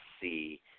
see